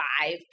five